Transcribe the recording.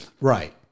Right